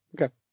Okay